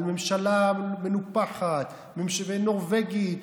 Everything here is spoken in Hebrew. על ממשלה מנופחת ונורבגים,